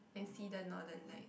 and see the northern light